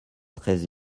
treize